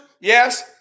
Yes